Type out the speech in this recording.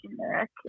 generic